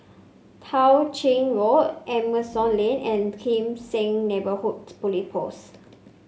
Tao Ching Road Asimont Lane and Kim Seng Neighbourhood Police Post